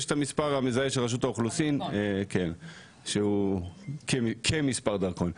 יש המספר המזהה של רשות האוכלוסין שהוא כמספר דרכון.